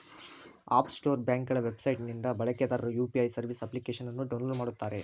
app store ಬ್ಯಾಂಕ್ಗಳ website ನಿಂದ ಬಳಕೆದಾರರು ಯು.ಪಿ.ಐ ಸರ್ವಿಸ್ ಅಪ್ಲಿಕೇಶನ್ನ ಡೌನ್ಲೋಡ್ ಮಾಡುತ್ತಾರೆ